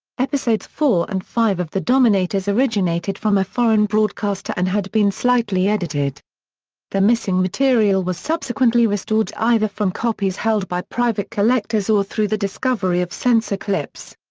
episodes four and five of the dominators originated from a foreign broadcaster and had been slightly edited the missing material was subsequently restored, either from copies held by private collectors or through the discovery of censor clips.